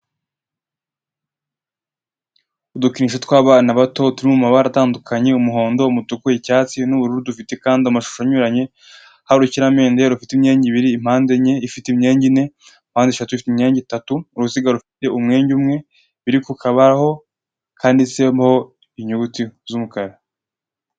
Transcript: Udukinisho tw'abana bato turi mu mabara atandukanye umuhondo, umutuku, icyatsi, n'ubururu dufite kandi amashusho anyuranye hari urukiramende rufite imyenge ibiri, mpandenye ifite imyenge ine, mpandeshatu ifite imyenge itatu, uruziga rufite umwenge umwe, biri ku kabaho kanditseho inyuguti z'umukara.